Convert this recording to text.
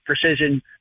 precision